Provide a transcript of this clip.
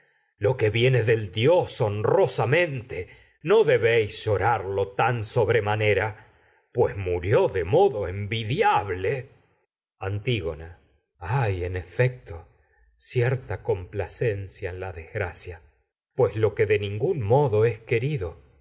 lo que coro del dios oh excelsa pareja no de hijas viene honrosamente debéis llorarlo tan sobrema nera pues murió de modo envidiable antígona la hay en efecto cierta complacencia en desgracia pues lo que de ningxín modo es querido